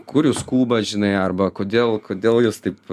kur jūs skubat žinai arba kodėl kodėl jūs taip